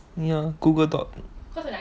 ya google docs